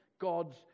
God's